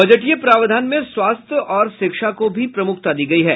बजटीय प्रावधान में स्वास्थ्य और शिक्षा को भी प्रमुखता दी गयी है